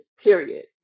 period